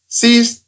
sees